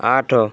ଆଠ